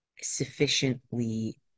sufficiently